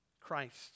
Christ